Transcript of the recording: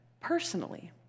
personally